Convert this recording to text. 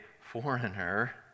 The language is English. foreigner